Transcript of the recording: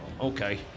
okay